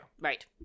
Right